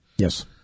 Yes